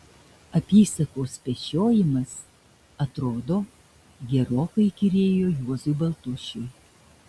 apysakos pešiojimas atrodo gerokai įkyrėjo juozui baltušiui